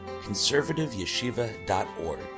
conservativeyeshiva.org